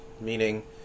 meaning